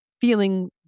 feeling